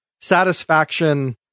satisfaction